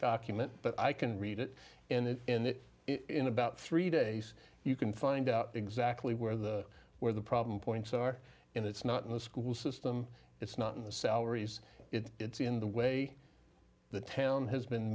document but i can read it and it's in that in about three days you can find out exactly where the where the problem points are and it's not in the school system it's not in the salaries it it's in the way the town has been